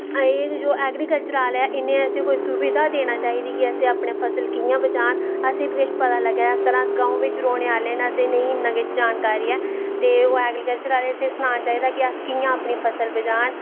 जेह्ड़े ऐग्रीकलचर आह्ले नै इनैं इसेंगी कोई सुविधा देना चाही दी ऐ अस अपनी फसल कियां बचान असेंगी बी किश पता लग्गै अग गांव च रौह्ने आह्ले न असेंगी नी पता ऐ किश ते ऐग्रीकल्चर आह्लैं असेंगी सनाना चाही दा कि कियां अस अपनी फसल बचान